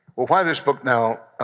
why this book now?